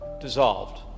dissolved